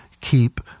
keep